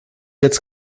jetzt